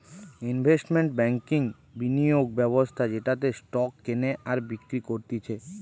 investment ব্যাংকিংবিনিয়োগ ব্যবস্থা যেটাতে স্টক কেনে আর বিক্রি করতিছে